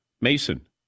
Mason